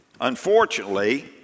Unfortunately